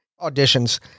auditions